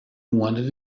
wanted